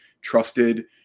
trusted